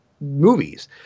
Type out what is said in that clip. movies